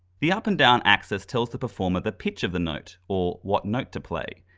the up-and-down axis tells the performer the pitch of the note or what note to play,